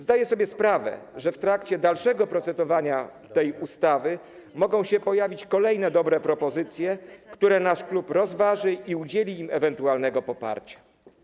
Zdaję sobie sprawę, że w trakcie dalszego procedowania nad tą ustawą mogą się pojawić kolejne dobre propozycje, które nasz klub rozważy i którym udzieli ewentualnego poparcia.